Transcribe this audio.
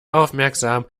aufmerksam